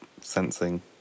sensing